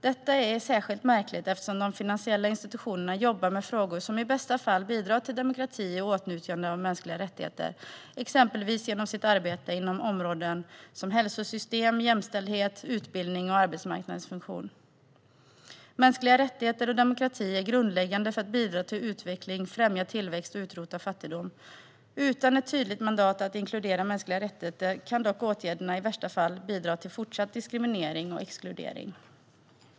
Detta är särskilt märkligt eftersom de finansiella institutionerna jobbar med frågor som i bästa fall bidrar till demokrati och åtnjutandet av mänskliga rättigheter, exempelvis genom sitt arbete inom områden som hälsosystem, jämställdhet, utbildning och arbetsmarknadens funktion. Mänskliga rättigheter och demokrati är grundläggande för att bidra till utveckling, främja tillväxt och utrota fattigdom. Utan ett tydligt mandat att inkludera mänskliga rättigheter kan dock åtgärderna i värsta fall bidra till fortsatt diskriminering och exkludering.